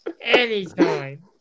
anytime